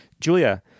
Julia